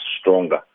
stronger